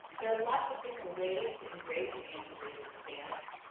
there are lots of different ways to embrace an anti-racist stance.